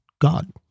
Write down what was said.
God